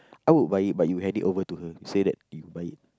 I would buy it but you hand it over to her say that you buy it